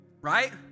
Right